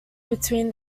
between